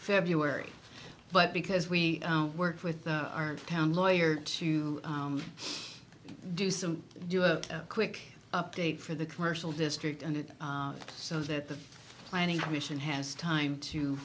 february but because we work with our town lawyer to do some do a quick update for the commercial district and so that the planning commission has time to